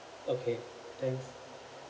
okay thanks